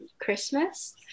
Christmas